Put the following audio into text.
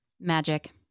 Magic